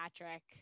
patrick